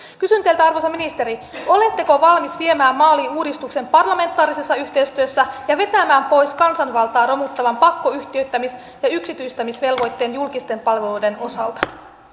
kysyn teiltä arvoisa ministeri oletteko valmis viemään maaliin uudistuksen parlamentaarisessa yhteistyössä ja vetämään pois kansanvaltaa romuttavan pakkoyhtiöittämis ja yksityistämisvelvoitteen julkisten palveluiden osalta